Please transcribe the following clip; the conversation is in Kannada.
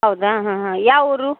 ಹೌದಾ ಹಾಂ ಹಾಂ ಯಾವ ಊರು